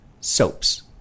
soaps